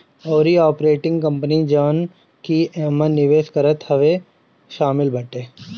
अउरी operating company जवन की एमे निवेश करत हवे उहो शामिल बाटे